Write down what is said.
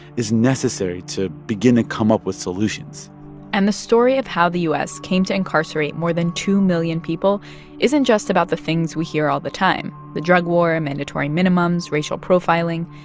is necessary to begin to come up with solutions and the story of how the u s. came to incarcerate more than two million people isn't just about the things we hear all the time the drug war, and mandatory minimums, racial profiling.